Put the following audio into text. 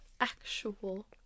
actual